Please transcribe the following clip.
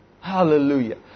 Hallelujah